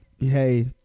hey